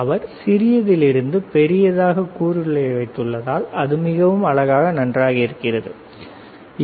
அவர் சிறியதில் இருந்து பெரியதாக கூறுகளை வைத்துள்ளதால் அது மிகவும் அழகாக நன்றாக இருக்கிறது சரி